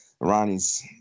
Ronnie's